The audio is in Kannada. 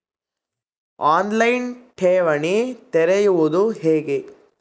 ಆನ್ ಲೈನ್ ಠೇವಣಿ ತೆರೆಯುವುದು ಹೇಗೆ?